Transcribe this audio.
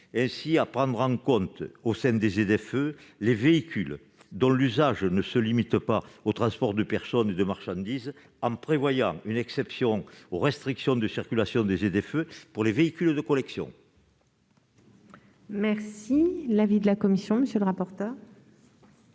donc à prendre en compte au sein des ZFE le cas des véhicules dont l'usage ne se limite pas au transport de personnes et de marchandises, en prévoyant une exception aux restrictions de circulation pour les véhicules de collection. Quel est l'avis de la commission ? Ces dispositions